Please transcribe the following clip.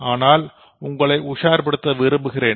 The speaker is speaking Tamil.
ஆனால் உங்களை உஷார் படுத்த விரும்புகிறேன்